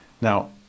Now